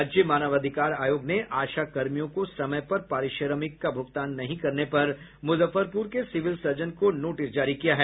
राज्य मानवाधिकार आयोग ने आशा कर्मियों को समय पर पारिश्रमिक का भुगतान नहीं करने पर मुजफ्फरपुर के सिविल सर्जन को नोटिस जारी किया है